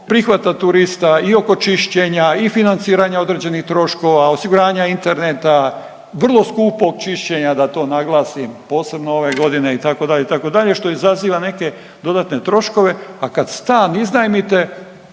prihvata turista, i oko čišćenja, i financiranja određenih troškova, osiguranja interneta, vrlo skupog čišćenja da to naglasim, posebno ove godine itd., itd. što izaziva neke dodatne troškove. A kad stan iznajmite